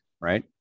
right